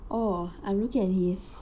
oh I'm looking at his